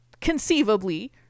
Conceivably